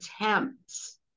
attempts